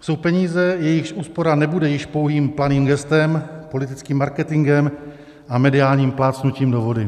jsou peníze, jejichž úspora nebude již pouhým planým gestem, politickým marketingem a mediálním plácnutím do vody.